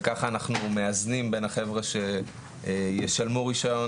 וככה אנחנו מאזנים בין החבר'ה שישלמו רישיון